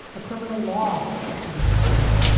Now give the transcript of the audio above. the criminal law of police violence,